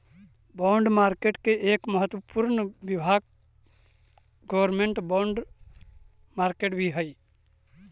bond market के एक महत्वपूर्ण विभाग गवर्नमेंट बॉन्ड मार्केट भी हइ